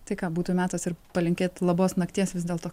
tai ką būtų metas ir palinkėt labos nakties vis dėlto